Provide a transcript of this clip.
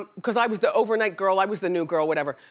ah cause i was the overnight girl, i was the new girl, whatever,